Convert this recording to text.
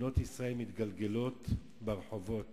בנות ישראל מתגלגלות ברחובות